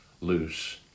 loose